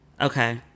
Okay